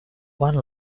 one